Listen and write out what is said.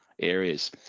areas